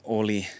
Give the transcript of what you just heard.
oli